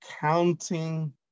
counting